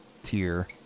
tier